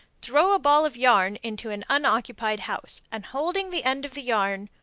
throw a ball of yarn into an unoccupied house, and holding the end of the yarn,